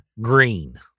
green